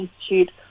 institute